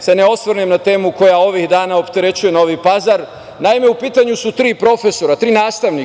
se ne osvrnem na temu koja ovih dana opterećuje Novi Pazar. Naime, u pitanju su tri profesora, tri nastavnika,